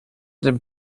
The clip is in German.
den